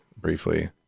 briefly